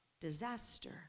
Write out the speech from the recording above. disaster